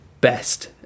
best